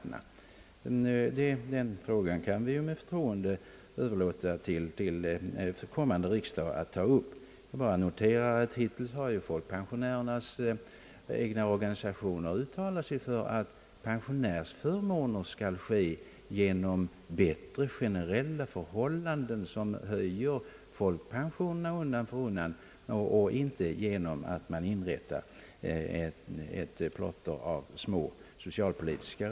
Den frågan kan vi med förtroende överlåta till en kommande riksdag att behandla. Jag noterar att folkpensionärernas egna organisationer uttalat sig för att pensionsförmåner skall utgå i form av förbättrade generella villkor, vilka undan för undan höjer folkpensionärernas standard, och inte genom att det införs ett plotter av rabatter, som alltför mycket smakar av gamla tiders socialpolitik. Herr talman!